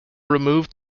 removed